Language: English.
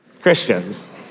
Christians